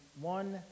one